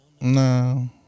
No